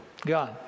Gone